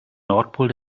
nordpol